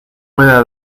pueda